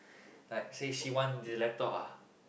like say she want the laptop ah